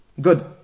good